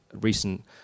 recent